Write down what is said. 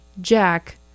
Jack